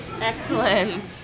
Excellent